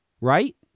right